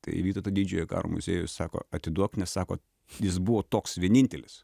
tai vytauto didžiojo karo muziejus sako atiduok nes sako jis buvo toks vienintelis